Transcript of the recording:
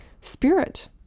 Spirit